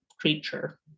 creature